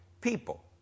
people